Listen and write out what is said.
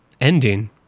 Ending